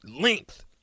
length